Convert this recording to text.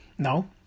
No